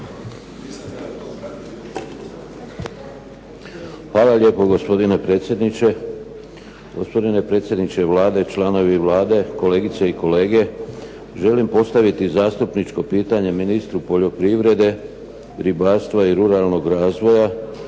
Hvala lijepo gospodine predsjedniče. Gospodine predsjedniče Vlade, članovi Vlade, kolegice i kolege. Želim postaviti zastupničko pitanje ministru poljoprivrede, ribarstva i ruralnog razvoja